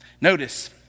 Notice